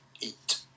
eat